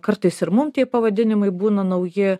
kartais ir mum tie pavadinimai būna nauji